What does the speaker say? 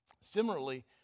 Similarly